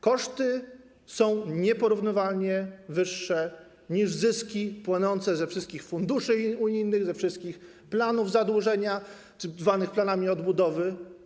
Koszty są nieporównywalnie wyższe niż zyski płynące ze wszystkich funduszy unijnych, ze wszystkich planów zadłużenia zwanych planami odbudowy.